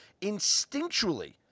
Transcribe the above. Instinctually